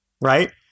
right